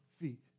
feet